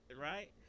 right